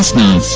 ah nine so